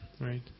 right